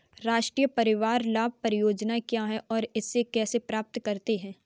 राष्ट्रीय परिवार लाभ परियोजना क्या है और इसे कैसे प्राप्त करते हैं?